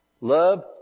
Love